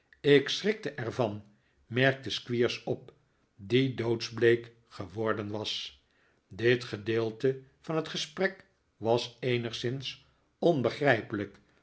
ik schrikte er van merkte squeers op die doodsbleek geworden was dit gedeelte van het gesprek was eenigszins onbegrijpelijk